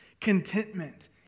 Contentment